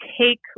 take